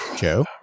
Joe